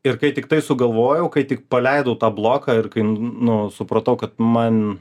ir kai tiktai sugalvojau kai tik paleidau tą bloką ir nu supratau kad man